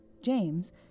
James